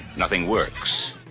nothing works.